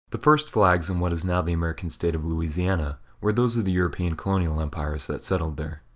the first flags in what is now the american state of louisiana were those of the european colonial empires that settled there.